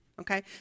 okay